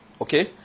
okay